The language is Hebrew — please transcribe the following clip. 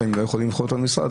לפעמים לא יכולים לבחור את המוסד.